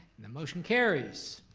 the motion carries,